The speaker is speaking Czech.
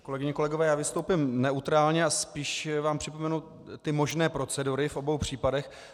Kolegyně, kolegové, já vystoupím neutrálně a spíš vám připomenu možné procedury v obou případech.